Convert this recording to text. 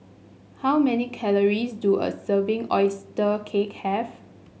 how many calories do a serving oyster cake have